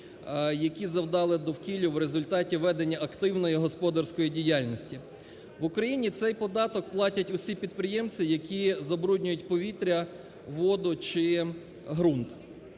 які завдали довкіллю в результаті ведення активної господарської діяльності. В Україні цей податок платять усі підприємці, які забруднюють повітря, воду чи ґрунт.